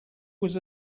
was